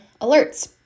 Alerts